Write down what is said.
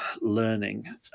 learning